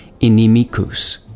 inimicus